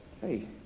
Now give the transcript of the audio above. Hey